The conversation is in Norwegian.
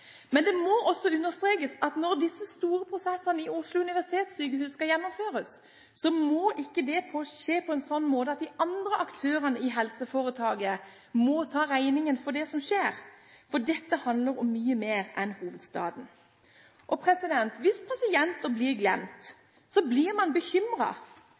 Men det må også understrekes at når de store prosessene ved Oslo universitetssykehus skal gjennomføres, må ikke det skje på en slik måte at de andre aktørene i helseforetaket må ta regningen for det som skjer, for dette handler om mye mer enn hovedstaden. Hvis pasienter blir glemt, blir man bekymret. Når man snakker om den IKT-satsingen som skal komme, og